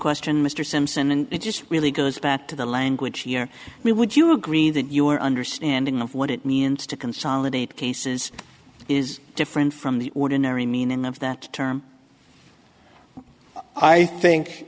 question mr simpson and it just really goes back to the language here we would you agree that you are understanding of what it means to consolidate cases is different from the ordinary meaning of that term i